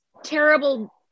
terrible